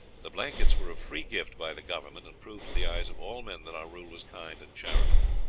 the blankets were a free gift by the government, and proved to the eyes of all men that our rule was kind and charitable.